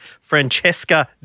Francesca